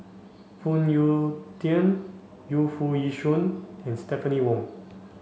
Phoon Yew Tien Yu Foo Yee Shoon and Stephanie Wong